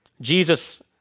Jesus